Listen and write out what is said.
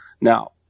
Now